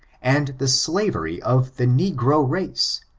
and the slavery of the negro race,